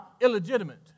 illegitimate